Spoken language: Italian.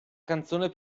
canzone